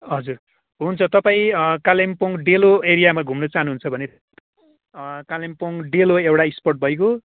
हजुर हुन्छ तपाईँ कालिम्पोङ डेलो एरियामा घुम्नु चहानुहुन्छ भने कालिम्पोङ डेलो एउटा स्पोट भइ गयो